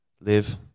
live